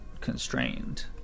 constrained